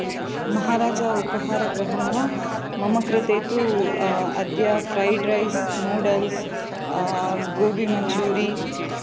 महाराजा उपहारगृहं वा मम कृते तु अद्य फ़्रैड् रैस् नूडल्स् गोबीमन्चूरि